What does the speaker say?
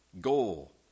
goal